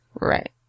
Right